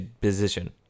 position